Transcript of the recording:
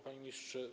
Panie Ministrze!